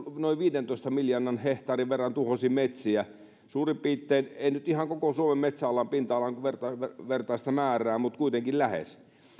noin viidentoista miljoonan hehtaarin verran tuhosi metsiä ei nyt ihan koko suomen metsäpinta alaa kun vertaa sitä määrää mutta kuitenkin lähes